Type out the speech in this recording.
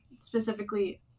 specifically